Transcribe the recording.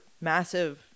massive